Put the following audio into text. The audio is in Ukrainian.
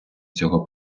цього